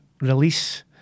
release